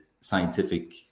scientific